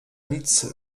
nic